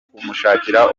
kumushakira